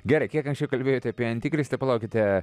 gerai kiek anksčiau kalbėjote apie antikristą palaukite